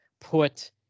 put